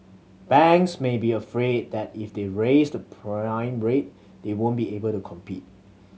banks may be afraid that if they raise the prime rate they won't be able to compete